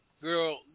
Girl